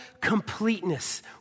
completeness